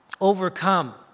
overcome